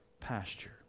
pasture